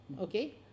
okay